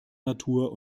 natur